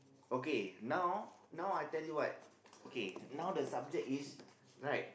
okay now now I tell you what okay now the subject is right